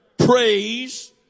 praise